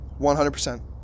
100%